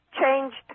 changed